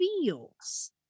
feels